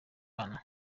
bana